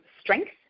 strength